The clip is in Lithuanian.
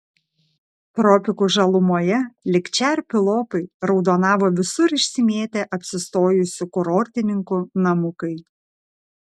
tropikų žalumoje lyg čerpių lopai raudonavo visur išsimėtę apsistojusių kurortininkų namukai